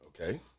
Okay